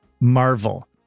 Marvel